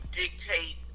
dictate